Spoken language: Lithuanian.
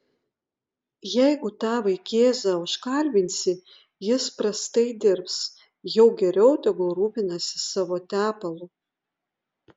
jeigu tą vaikėzą užkalbinsi jis prastai dirbs jau geriau tegu rūpinasi savo tepalu